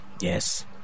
Yes